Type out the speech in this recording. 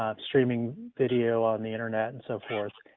ah streaming video on the internet and so forth,